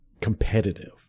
competitive